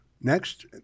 Next